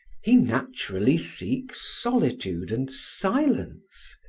he naturally seeks solitude and silence,